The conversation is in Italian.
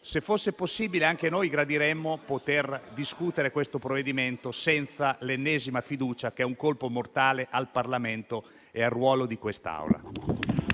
se fosse possibile, anche noi gradiremmo poter discutere questo provvedimento senza l'ennesima fiducia, che è un colpo mortale al Parlamento e al ruolo di quest'Assemblea.